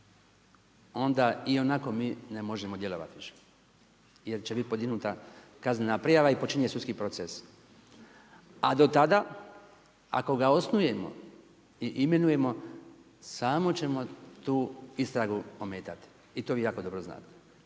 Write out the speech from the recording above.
onda ionako mi ne možemo djelovati više jer će bit podignuta kaznena prijava i počinje sudski proces. A to tada, ako ga osnujemo i imenujemo samo ćemo tu istragu ometati i to vi jako dobro znate.